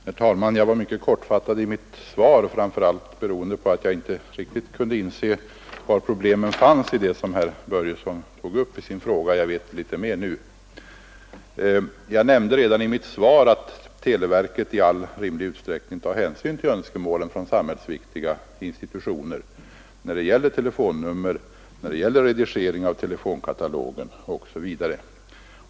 Herr talman! Jag var mycket kortfattad i mitt svar, framför allt beroende på att jag inte riktigt kunde inse vad det fanns för problem i herr Börjessons fråga. Jag vet litet mera nu. Jag nämnde redan i mitt svar att televerket i all rimlig utsträckning tar hänsyn till önskemålen från samhällsviktiga institutioner när det gäller telefonnummer och redigering av telefonkatalogen osv.